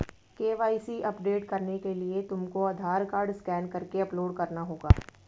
KYC update करने के लिए तुमको आधार कार्ड स्कैन करके अपलोड करना होगा